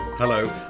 Hello